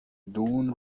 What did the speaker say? dune